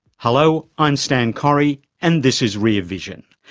hello, i'm stan correy and this is rear vision.